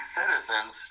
citizens